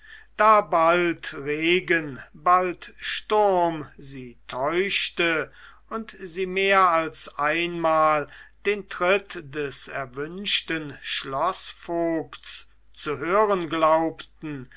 da bald regen bald sturm sie täuschte und sie mehr als einmal den tritt des erwünschten schloßvogts zu hören glaubten